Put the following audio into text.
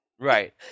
Right